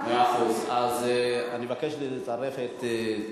הארכת תקופת ההתיישנות),